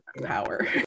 power